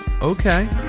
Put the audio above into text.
okay